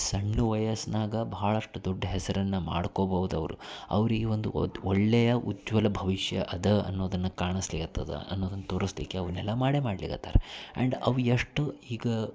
ಸಣ್ಣ ವಯಸ್ಸಿನಾಗ ಭಾಳಷ್ಟು ದೊಡ್ಡ ಹೆಸರನ್ನು ಮಾಡ್ಕೊಬೋದು ಅವರು ಅವ್ರಿಗೆ ಒಂದು ಒಳ್ಳೆಯ ಉಜ್ವಲ ಭವಿಷ್ಯ ಅದ ಅನ್ನೋದನ್ನು ಕಾಣಸಲಿಕತ್ತದ ಅನ್ನೋದನ್ನು ತೋರಿಸಲಿಕ್ಕೆ ಅವನ್ನೆಲ್ಲ ಮಾಡೇ ಮಾಡಲಿಕತ್ತಾರ ಆ್ಯಂಡ್ ಅವು ಎಷ್ಟು ಈಗ